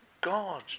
God